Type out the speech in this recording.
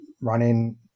running